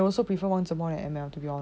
I also prefer wangzhe more than M_L